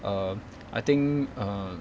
um I think err